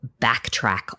backtrack